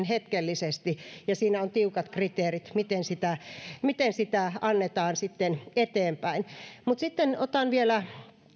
hetkellisesti ja siinä on tiukat kriteerit miten sitä miten sitä annetaan sitten eteenpäin sitten otan vielä